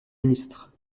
ministre